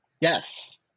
Yes